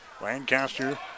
Lancaster